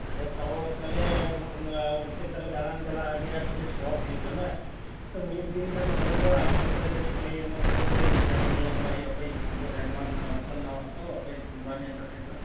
ᱟᱪᱪᱷᱟ ᱛᱟᱣ ᱛᱟᱞᱦᱮ ᱚᱱᱛᱮ ᱫᱟᱬᱟᱱ ᱪᱟᱞᱟᱜ ᱟᱹᱰᱤ ᱟᱸᱴ ᱡᱮ ᱥᱚᱠ ᱦᱳᱭᱳᱜ ᱠᱟᱱᱟ ᱢᱤᱫ ᱫᱤᱱ ᱜᱟᱱ ᱫᱚ ᱡᱟᱜᱮ ᱥᱳᱢᱚᱭ ᱮᱢᱚᱜ ᱢᱮ ᱛᱟᱦᱚᱞᱮ ᱠᱷᱟᱱ ᱧᱮᱞ ᱵᱟᱲᱟᱭ ᱦᱳᱭᱳᱜᱼᱟ ᱱᱚᱛᱮ ᱫᱚ ᱱᱟᱶᱟ ᱦᱚᱲ ᱛᱚ ᱵᱟᱝ ᱧᱮᱞ ᱟᱠᱟᱫ ᱠᱷᱟᱱ ᱫᱚ